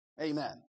Amen